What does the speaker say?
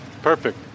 Perfect